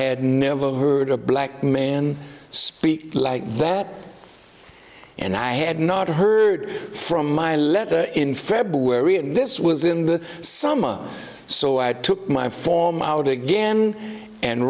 had never heard a black man speak like that and i had not heard from my letter in february and this was in the summer so i took my form out again and